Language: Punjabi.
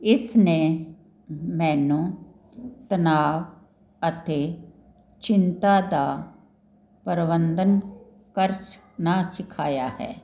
ਇਸਨੇ ਮੈਨੂੰ ਤਣਾਓ ਅਤੇ ਚਿੰਤਾ ਦਾ ਪ੍ਰਬੰਧਨ ਕਰਨਾ ਸਿਖਾਇਆ ਹੈ